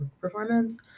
performance